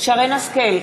שרן השכל,